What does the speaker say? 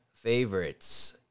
favorites